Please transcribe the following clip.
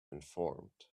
informed